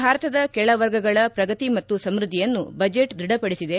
ಭಾರತದ ಕೆಳ ವರ್ಗಗಳ ಪ್ರಗತಿ ಮತ್ತು ಸಮೃದ್ಧಿಯನ್ನು ಬಜೆಟ್ ದೃಢಪಡಿಸಿದೆ